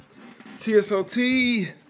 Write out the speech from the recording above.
TSOT